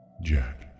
Jack